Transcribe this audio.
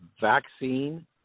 vaccine